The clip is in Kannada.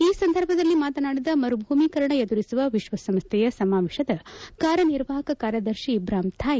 ಈ ಸಂದರ್ಭದಲ್ಲಿ ಮಾತನಾಡಿದ ಮರುಭೂಮಿಕರಣ ಎದುರಿಸುವ ವಿಶ್ವಸಂಸ್ಥೆಯ ಸಮಾವೇತದ ಕಾರ್ಯನಿರ್ವಾಹಕ ಕಾರ್ಯದರ್ಶಿ ಇಬ್ರಾಹಿಂ ಥೈ